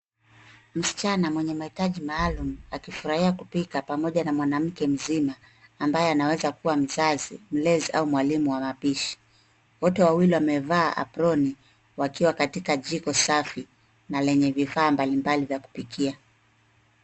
Msichana mwenye maitaji maalum akifurahia kupika pamoja na mwanamke mzima ambaye anaweza kuwa mzazi, mlezi au mwalimu wa mapishi .Wote wawili wamevaa aproni wakiwa katika jiko safi na lenye vifaa mbalimbali za kupikia.